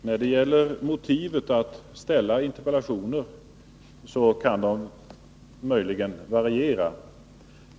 Fru talman! Motiven för att ställa interpellationer kan naturligtvis variera.